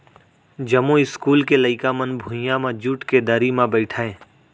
जमो इस्कूल के लइका मन भुइयां म जूट के दरी म बइठय